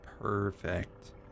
perfect